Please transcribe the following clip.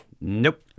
Nope